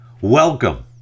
Welcome